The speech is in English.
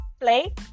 play